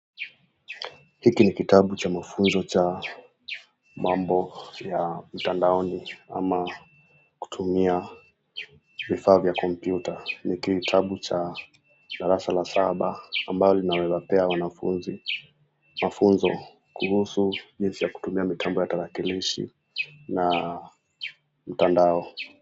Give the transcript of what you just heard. Hiki ni kitabu cha mafunzo cha mambo ya mtandaoni ama kutumia vifaa vya kompyuta. Ni kitabu cha darasa la saba ambacho linaweza pea wanafunzi mafunzo kuhusu jinsi ya kutumia mitambo ya tarakilishi na mtandao.